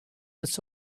its